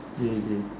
maybe